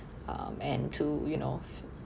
um and to you know